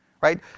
right